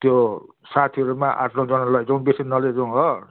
त्यो साथीहरूमा आठ दसजना लैजाउँ बेसी न लैजाउँ हो